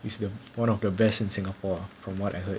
it's the one of the best in singapore ah from what I've heard